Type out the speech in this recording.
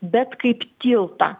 bet kaip tiltą